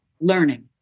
learning